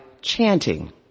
chanting